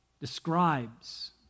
describes